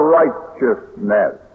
righteousness